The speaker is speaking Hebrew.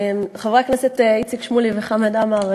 חברי הכנסת איציק שמולי וחמד עמאר,